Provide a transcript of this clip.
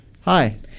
Hi